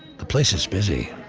the place is busy.